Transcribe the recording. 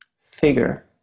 figure